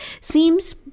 seems